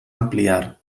ampliar